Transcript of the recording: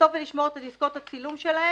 ולאסוף ולשמור את הדיסקיות או צילום שלהן".